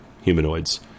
humanoids